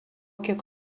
kiek